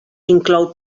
inclou